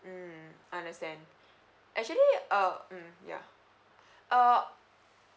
mm I understand actually uh mm yeah uh